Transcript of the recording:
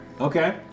Okay